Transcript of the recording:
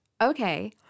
okay